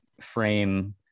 frame